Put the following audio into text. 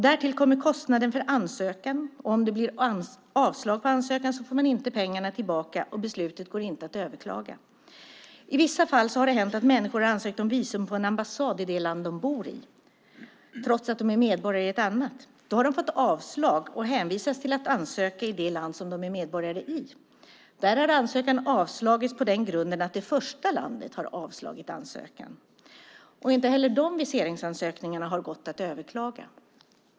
Därtill kommer kostnaden för ansökan. Om det blir avslag på ansökan får man inte tillbaka pengarna, och beslutet går inte att överklaga. I vissa fall har det hänt att människor har ansökt om visum på en ambassad i det land de bor i, trots att de är medborgare i ett annat. Då har de fått avslag och hänvisas till att ansöka i det land de är medborgare i. Där har ansökan avslagits på den grunden att det första landet har avslagit ansökan. Inte heller de viseringsansökningarna har gått att överklaga.